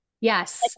Yes